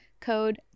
Code